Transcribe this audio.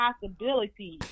possibilities